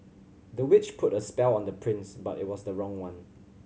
the witch put a spell on the prince but it was the wrong one